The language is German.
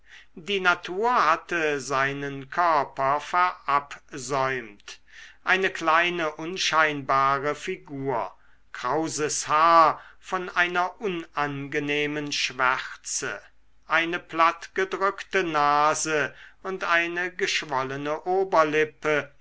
die natur hatte seinen körper verabsäumt eine kleine unscheinbare figur krauses haar von einer unangenehmen schwärze eine plattgedrückte nase und eine geschwollene oberlippe